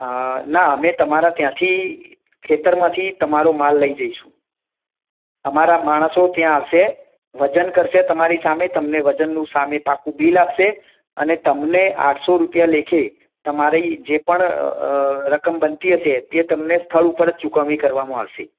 અ ના અમે તમારા ત્યાંથી ખેતરમાંથી તમારો માલ લઈ જઇશું અમારા માણસો ત્યાં આવશે વજન કરશે તમારી સામે તમને વજનનું સામે પાક્કું બિલ આપશે અને તમને આઠસો રૂપિયા લેખે તમારી જે પણ અ રકમ બનતી હશે તે તમને સ્થળ ઉપર જ ચૂકવણી કરવામાં આવશે